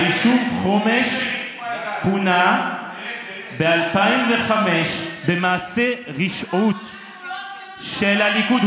היישוב חומש פונה ב-2005, במעשה רשעות של הליכוד.